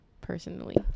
personally